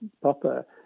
popper